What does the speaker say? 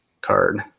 card